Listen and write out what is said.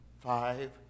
five